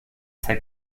zeig